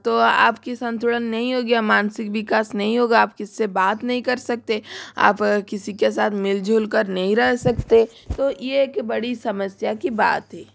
तो आपका संतुडलन नहीं होगा या मानसिक विकास नहीं होगा आप किसी से बात नहीं कर सकते आप किसी के साथ मिलजुल कर नहीं रह सकते तो ये एक बड़ी समस्या की बात है